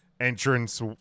entrance